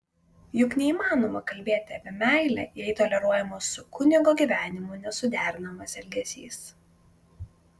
juk neįmanoma kalbėti apie meilę jei toleruojamas su kunigo gyvenimu nesuderinamas elgesys